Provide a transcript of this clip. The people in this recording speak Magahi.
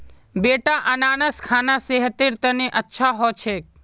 बेटा अनन्नास खाना सेहतेर तने अच्छा हो छेक